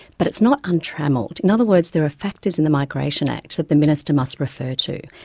but it's not untrammelled. in other words, there are factors in the migration act that the minister must refer to.